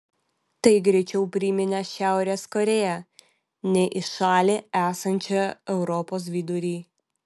tai greičiau priminė šiaurės korėją nei į šalį esančią europos vidury